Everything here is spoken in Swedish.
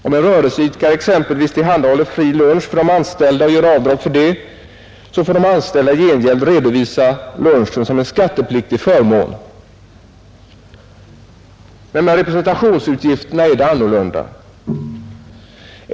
Om en rörelseidkare exem pelvis tillhandahåller fri lunch för de anställda och gör avdrag för detta, får de anställda i gengäld redovisa lunchen som en skattepliktig förmån. Helt annorlunda är det med representationsutgifterna.